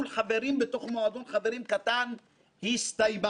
יעילה ומשמעותית ותפורסם בציבור,